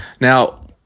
Now